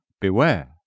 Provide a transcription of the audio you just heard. beware